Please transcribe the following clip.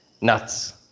Nuts